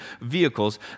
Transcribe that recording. vehicles